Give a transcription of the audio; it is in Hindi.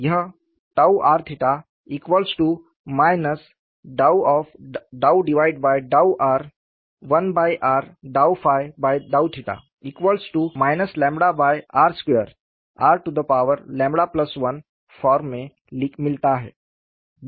यह r ∂∂r1r∂∂ r2r1 फॉर्म में मिलता है